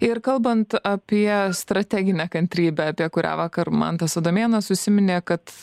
ir kalbant apie strateginę kantrybę apie kurią vakar mantas adomėnas užsiminė kad